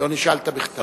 שלא נשאלת בכתב.